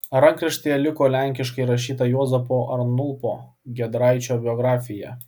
rankraštyje liko lenkiškai rašyta juozapo arnulpo giedraičio biografija